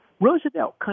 Roosevelt